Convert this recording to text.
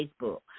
Facebook